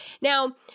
Now